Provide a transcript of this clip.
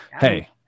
hey